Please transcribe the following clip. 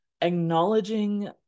Acknowledging